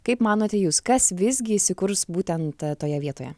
kaip manote jūs kas visgi įsikurs būtent toje vietoje